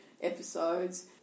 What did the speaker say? episodes